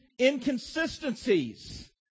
inconsistencies